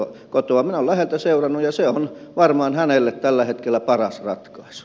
minä olen läheltä seurannut ja se on varmaan hänelle tällä hetkellä paras ratkaisu